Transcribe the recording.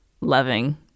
loving